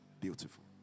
beautiful